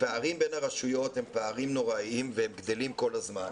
הפערים בין הרשויות הם פערים נוראיים והם גדלים כל הזמן.